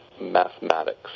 mathematics